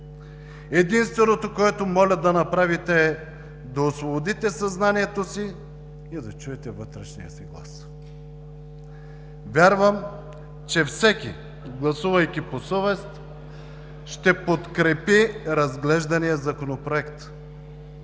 Единственото, което моля да направите, е да освободите съзнанието си и да чуете вътрешния си глас. Вярвам, че всеки, гласувайки по съвест, ще подкрепи разглеждания Законопроект.